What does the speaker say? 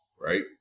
right